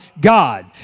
God